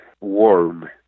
warm